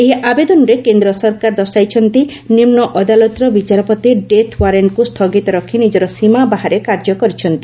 ଏହି ଆବେଦନରେ କେନ୍ଦ୍ର ସରକାର ଦର୍ଶାଇଛନ୍ତି ନିମୁ ଅଦାଲତର ବିଚାରପତି ଡେଥ୍ ୱାରେଷ୍ଟ୍କୁ ସ୍ଥଗିତ ରଖି ନିଜର ସୀମା ବାହାରେ କାର୍ଯ୍ୟ କରିଛନ୍ତି